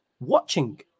watching